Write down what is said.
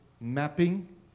mapping